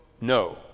no